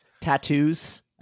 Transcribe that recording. tattoos